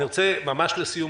אני רוצה ממש לסיום,